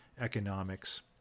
economics